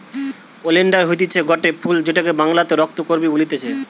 oleander হতিছে গটে ফুল যেটাকে বাংলাতে রক্ত করাবি বলতিছে